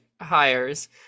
hires